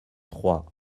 trois